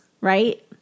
right